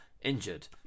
injured